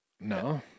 no